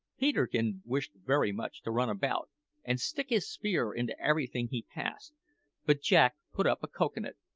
peterkin wished very much to run about and stick his spear into everything he passed but jack put up a cocoa-nut,